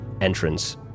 entrance